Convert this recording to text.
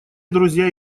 друзья